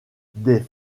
des